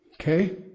Okay